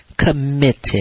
committed